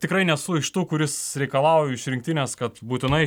tikrai nesu iš tų kuris reikalauju iš rinktinės kad būtinai